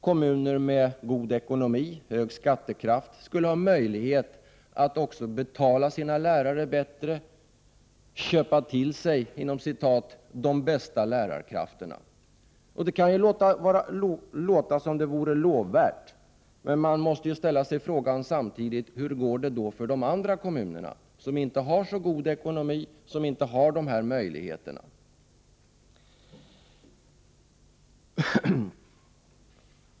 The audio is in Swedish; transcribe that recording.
Kommuner som har god ekonomi och hög skattekraft skulle ha möjlighet att betala sina lärare bättre och att ”köpa till sig” de bästa lärarkrafterna. Det kan synas lovvärt. Men man måste samtidigt fråga: Hur går det då för de kommuner som inte har så god ekonomi, som inte har samma möjligheter?